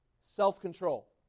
self-control